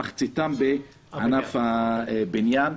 מחציתם בענף הבניין.